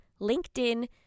LinkedIn